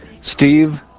Steve